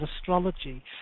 Astrology